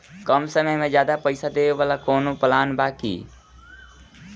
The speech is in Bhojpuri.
कम समय में ज्यादा पइसा देवे वाला कवनो प्लान बा की?